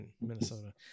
Minnesota